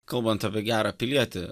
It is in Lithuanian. kalbant apie gerą pilietį